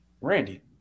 randy